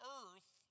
earth